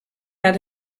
out